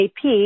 AP